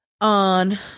on